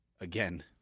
Again